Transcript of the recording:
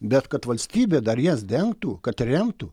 bet kad valstybė dar jas dengtų kad remtų